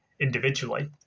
individually